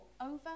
over